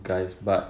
guys but